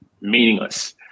meaningless